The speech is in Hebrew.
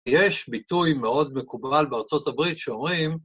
יש ביטוי מאוד מקובל בארצות הברית שאומרים,